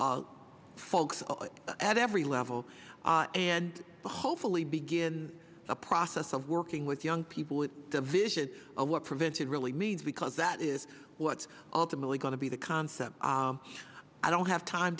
for folks at every level hopefully begin a process of working with young people with the vision of what prevented really means because that is what's ultimately going to be the concept i don't have time